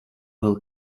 will